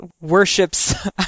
worships